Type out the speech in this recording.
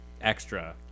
extra